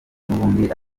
n’ubundi